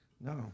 No